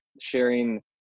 sharing